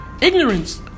Ignorance